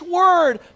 word